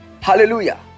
Hallelujah